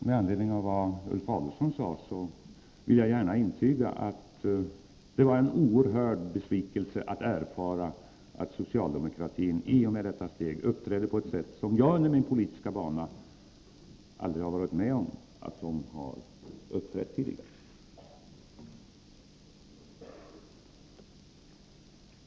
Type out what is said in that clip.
Med anledning av vad Ulf Adelsohn sade vill jag gärna intyga att det var en oerhörd besvikelse att erfara att socialdemokraterna i och med detta steg uppträdde på ett sätt som jag under min politiska bana aldrig tidigare varit med om att de gjort.